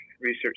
research